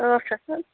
ٲٹھ شیٚتھ حظ